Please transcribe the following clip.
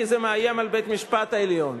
כי זה מאיים על בית-המשפט העליון.